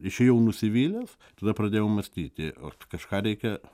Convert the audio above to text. išėjau nusivylęs tada pradėjau mąstyti ot kažką reikia